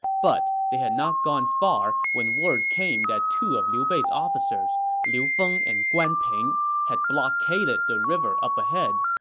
but they had not gone far when word came that two of liu bei's officers liu feng and guan ping had blockaded the river up ahead.